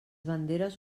banderes